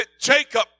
Jacob